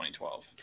2012